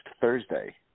Thursday